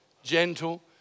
gentle